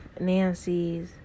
Nancys